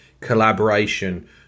collaboration